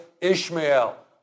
Ishmael